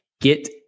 Get